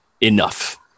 enough